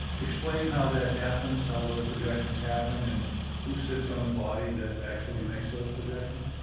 explain how that happens, how those projections happen and who sits on the body that actually makes those projections?